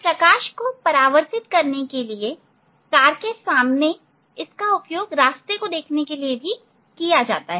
प्रकाश को परावर्तित करने के लिए कार के सामने इसका उपयोग रास्ते को देखने के लिए किया जाता है